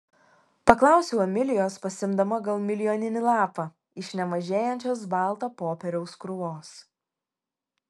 paklausiau emilijos pasiimdama gal milijoninį lapą iš nemažėjančios balto popieriaus krūvos